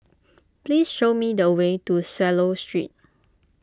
please show me the way to Swallow Street